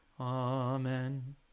Amen